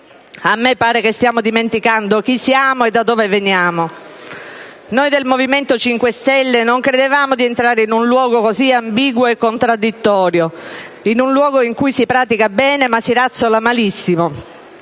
A me pare che stiamo dimenticando chi siamo e da dove veniamo. Noi del Movimento 5 Stelle non credevamo di entrare in un luogo così ambiguo e contraddittorio, in un luogo in cui si predica bene, ma si razzola malissimo.